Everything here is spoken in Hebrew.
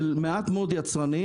של מעט מאוד יצרנים